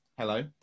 Hello